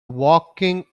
walking